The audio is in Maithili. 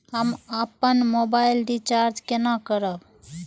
हम अपन मोबाइल रिचार्ज केना करब?